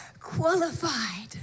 qualified